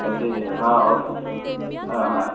अ ते हां हां हां